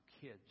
kids